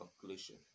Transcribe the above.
conclusion